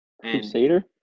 Crusader